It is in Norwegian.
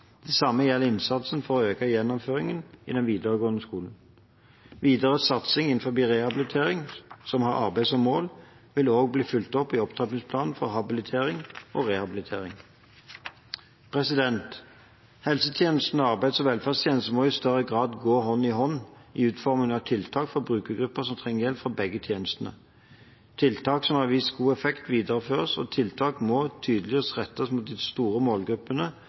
Det samme gjelder innsatsen for å øke gjennomføringen i den videregående skolen. Videre satsing innen rehabilitering som har arbeid som mål, vil også bli fulgt opp i opptrappingsplanen for habilitering og rehabilitering. Helsetjenesten og arbeids- og velferdstjenesten må i større grad gå hånd i hånd i utformingen av tiltak for brukergrupper som trenger hjelp fra begge tjenestene. Tiltak som har vist god effekt, videreføres, og tiltakene må tydeligere rettes mot de store målgruppene